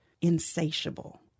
insatiable